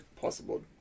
possible